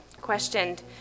questioned